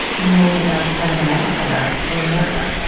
knowing that that's kind of an epicenter in america?